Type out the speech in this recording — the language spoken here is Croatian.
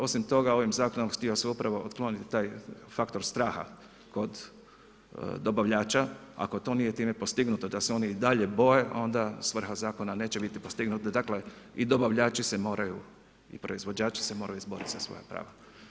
Osim toga ovim zakonom htjelo se upravo otkloniti taj faktor straha kod dobavljača, ako to nije time postignuto da se oni i dalje boje onda svrha zakona neće biti postignuta, dakle i dobavljači se moraju i proizvođači se moraju izboriti za svoja prava.